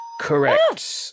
Correct